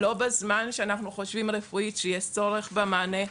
לא בזמן שאנחנו חושבים רפואית שיש צורך במענה.